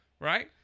right